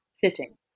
fitting